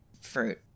fruit